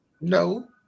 No